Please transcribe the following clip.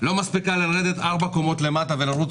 לא מספיקה לרדת ארבע קומות למטה ולרוץ